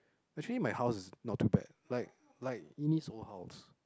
actually my house not too bad like like it needs old house